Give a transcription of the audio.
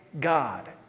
God